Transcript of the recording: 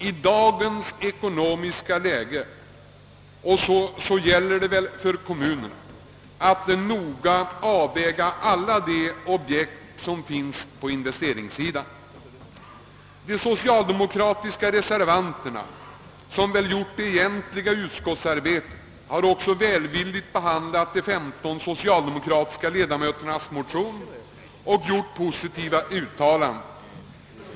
I dagens ekonomiska läge gäller det för kommunerna att noga avväga alla objekt på investeringssidan. De socialdemokratiska reservanterna, som väl har gjort det egentliga utskottsarbetet, har också välvilligt behandlat de femton socialdemokratiska ledamöternas motion och gjort vissa positiva uttalanden.